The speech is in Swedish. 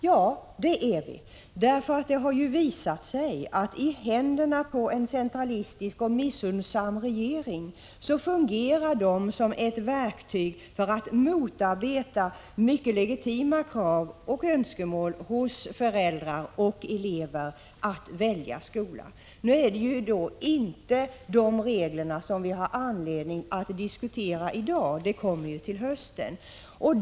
Ja, det är vi, för det har ju visat sig att i händerna på en centralistisk och missunnsam regering fungerar de som verktyg för att motarbeta mycket legitima krav och önskemål hos föräldrar och elever att välja skola. Nu är det dock inte de reglerna som vi har anledning att diskutera i dag, utan detta kommer upp till hösten.